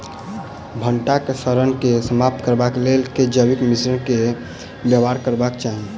भंटा केँ सड़न केँ समाप्त करबाक लेल केँ जैविक मिश्रण केँ व्यवहार करबाक चाहि?